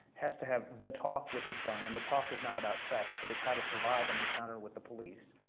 has to have the talk with his son, and the talk is not about sex, but it's how to survive in an encounter with the police,